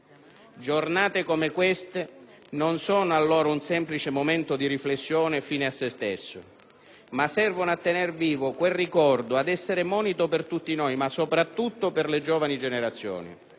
Giornate come queste non sono allora un semplice momento di riflessione fine a se stesso, ma servono a tenere vivo quel ricordo, ad essere monito per tutti noi, ma soprattutto per le giovani generazioni.